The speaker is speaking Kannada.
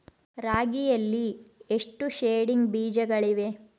ರಾಗಿಯಲ್ಲಿ ಎಷ್ಟು ಸೇಡಿಂಗ್ ಬೇಜಗಳಿವೆ?